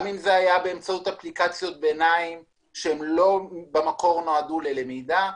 גם באמצעות אפליקציות שלא נועדו במקור ללמידה,